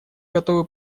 готовы